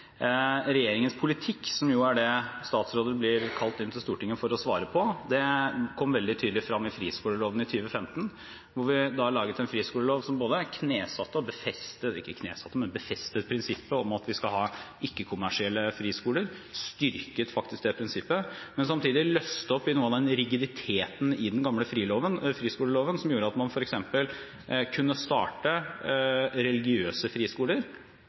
Regjeringens politikk, som jo er det statsråder blir kalt inn til Stortinget for å svare for, kom veldig tydelig frem i friskoleloven i 2015, hvor vi laget en friskolelov som befestet prinsippet om at vi skal ha ikke-kommersielle friskoler – faktisk styrket det prinsippet – men samtidig løste opp i noe av den rigiditeten i den gamle friskoleloven som gjorde at man f.eks. kunne starte religiøse friskoler,